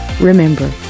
Remember